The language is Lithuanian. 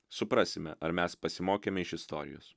suprasime ar mes pasimokėme iš istorijos